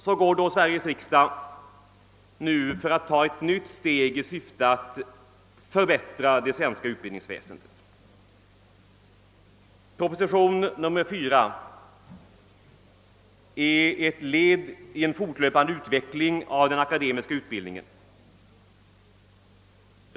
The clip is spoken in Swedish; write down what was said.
Så går då Sveriges riksdag nu att ta ett nytt steg i syfte att förbättra det svenska utbildningsväsendet. Proposition nr 4 är ett led i en fortlöpande utveckling av den akademiska utbildningen.